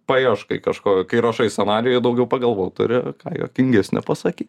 paieškai kažko kai rašai scenarijų daugiau pagalvot turi ką juokingesnio pasakyt